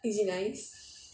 is it nice